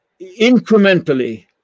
incrementally